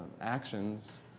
actions